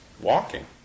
walking